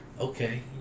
Okay